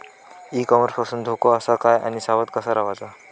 E commerce पासून धोको आसा काय आणि सावध कसा रवाचा?